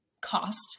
cost